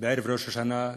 בערב ראש השנה,